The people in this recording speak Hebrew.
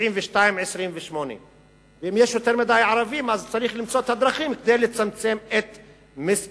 72 28. אם יש יותר מדי ערבים צריך למצוא דרכים לצמצם את מספרם.